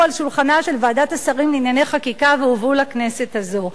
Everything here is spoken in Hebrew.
על שולחנה של ועדת השרים לענייני חקיקה והובאו לכנסת הזו: